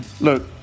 Look